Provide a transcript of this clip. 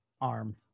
arm